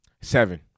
Seven